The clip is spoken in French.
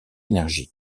énergie